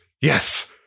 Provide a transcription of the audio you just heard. Yes